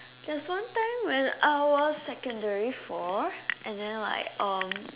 there's one time when I was secondary four and then like um